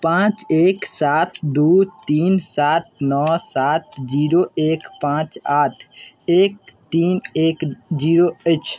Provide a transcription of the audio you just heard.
पाँच एक सात दुइ तीन सात नओ सात जीरो एक पाँच आठ एक तीन एक जीरो अछि